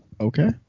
Okay